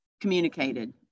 communicated